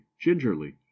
gingerly